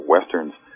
Westerns